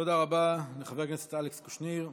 תודה רבה לחבר הכנסת אלכס קושניר.